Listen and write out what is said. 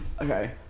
okay